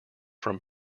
from